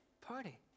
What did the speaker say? Party